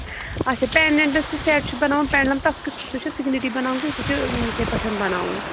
اَچھا پینڈنٛٹٕس یُس سیٹ چھُ بَناوُن پینڈلم تَتھ کٮُ۪تھ سُہ چھُ سِگنِٹی بَناوُن کِنہٕ سُہ چھُ یِتھٕے پٲٹھۍ بَناوُن